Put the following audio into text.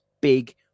Big